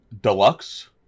Deluxe